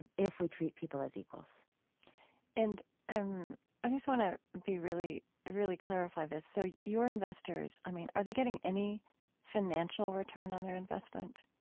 and if we treat people as equals and um i just want to really really clarify this. so your investors, i mean, are they getting any financial return on their investment?